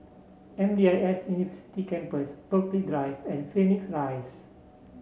M D I S University Campus Burghley Drive and Phoenix Rise